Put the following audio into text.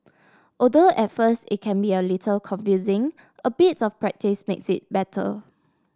although at first it can be a little confusing a bit of practice makes it better